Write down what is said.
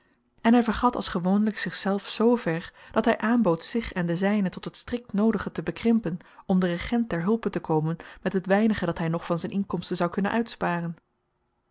en hy vergat als gewoonlyk zich zelf z ver dat hy aanbood zich en de zynen tot het strikt noodige te bekrimpen om den regent ter hulpe te komen met het weinige dat hy nog van zyn inkomsten zou kunnen uitsparen